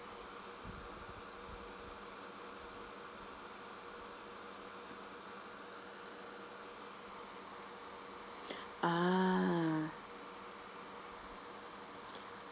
uh